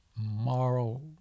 moral